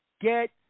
get